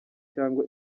cyangwa